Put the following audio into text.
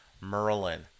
merlin